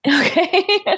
Okay